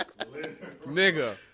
Nigga